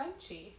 crunchy